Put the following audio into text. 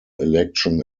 election